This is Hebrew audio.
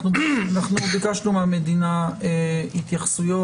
אנחנו ביקשנו מהמדינה התייחסויות.